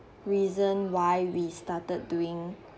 reason why we started doing